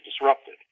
disrupted